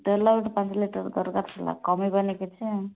ତେଲ ପାଞ୍ଚ ଲିଟର୍ ଦରକାର ଥିଲା କମିବନି କିଛି ଆଉ